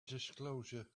disclosure